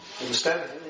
Understand